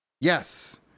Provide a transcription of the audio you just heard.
Yes